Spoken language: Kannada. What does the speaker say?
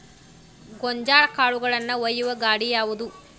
ಗೋಂಜಾಳ ಕಾಳುಗಳನ್ನು ಒಯ್ಯುವ ಗಾಡಿ ಯಾವದು?